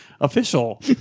official